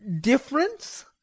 difference